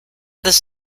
this